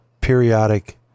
periodic